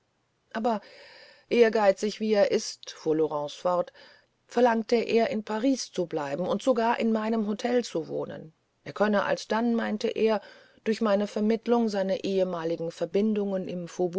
aber ehrgeizig wie er ist fuhr laurence fort verlangte er in paris zu bleiben und sogar in meinem hotel zu wohnen er könne alsdann meinte er durch meine vermittlung seine ehemaligen verbindungen